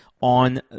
on